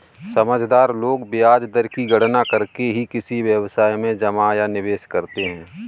समझदार लोग ब्याज दर की गणना करके ही किसी व्यवसाय में जमा या निवेश करते हैं